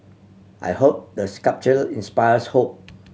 I hope the sculpture inspires hope